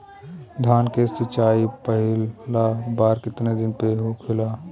धान के सिचाई पहिला बार कितना दिन पे होखेला?